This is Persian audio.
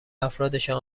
افرادشان